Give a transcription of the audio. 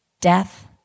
Death